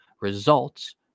results